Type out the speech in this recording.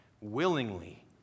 willingly